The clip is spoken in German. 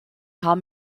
haben